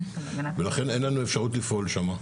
לכן אין לנו אפשרות לפעול שם.